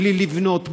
בלי לבנות,